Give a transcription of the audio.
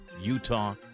Utah